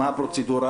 מה הפרוצדורה?